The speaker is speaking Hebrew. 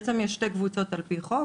בעצם יש שתי קבוצות על-פי חוק,